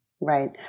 Right